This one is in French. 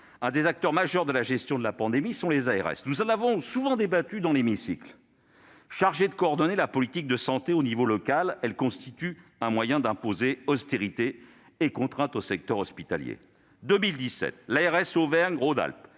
des acteurs majeurs de la gestion de la pandémie. Nous en avons souvent débattu dans l'hémicycle. Chargées de coordonner la politique de santé au niveau local, elles constituent un moyen d'imposer austérité et contraintes au secteur hospitalier. En 2017, l'ARS Auvergne-Rhône-Alpes